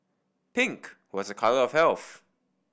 pink was a colour of health